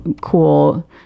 cool